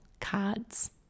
cards